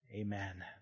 amen